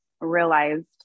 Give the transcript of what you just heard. realized